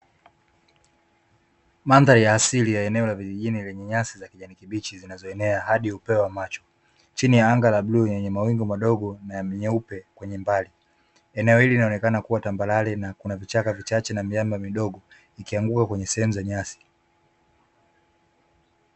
Madhari ya asili ya eneo la vijijini le nyasi za kijani kibichi zinazoenea hadi upewa macho chini ya anga la blue, yenye mawingu madogo na nyeupe, kwenye mbali eneo hili linaonekana kuwa tambarare na kuna vichaka vichache na miamba midogo ikianguka kwenye sehemu za nyasi